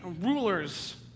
rulers